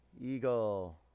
eagle